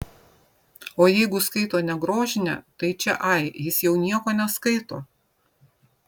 o jeigu skaito ne grožinę tai čia ai jis jau nieko neskaito